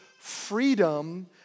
freedom